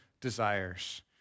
desires